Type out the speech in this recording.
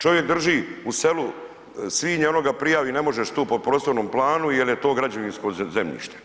Čovjek drži u selu svinje, ono ga prijavi, ne možeš tu po prostornom planu jer je to građevinsko zemljište.